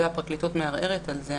והפרקליטות מערערת על זה?